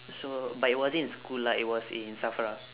so but it wasn't in school lah it was in SAFRA